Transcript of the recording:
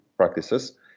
practices